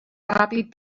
ràpid